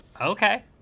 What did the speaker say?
Okay